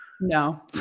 no